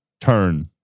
turn